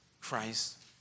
Christ